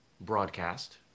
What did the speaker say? broadcast